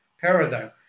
paradigm